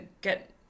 get